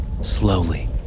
Slowly